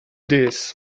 this